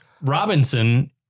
Robinson